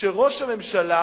שראש הממשלה